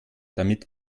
damit